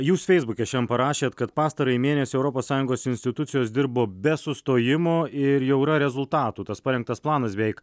jūs feisbuke šiandien parašėt kad pastarąjį mėnesį europos sąjungos institucijos dirbo be sustojimo ir jau yra rezultatų tas parengtas planas beveik